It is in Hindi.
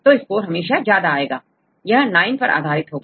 तोस्कोर हमेशा ज्यादा आएगा क्योंकि यह 9 पर आधारित होगा